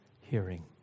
hearing